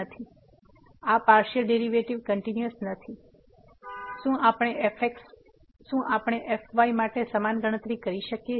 તેથી આ partial derivative continuous નથી શું આપણે fy માટે સમાન ગણતરી કરી શકીએ છીએ